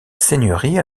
seigneurie